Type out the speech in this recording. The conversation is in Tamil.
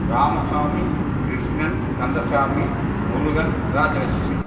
ராமசாமி கிருஷ்ணன் கந்தசாமி முருகன் ராஜலட்சுமி